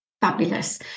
fabulous